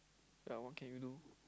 ya what can you do